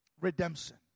Redemption